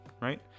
right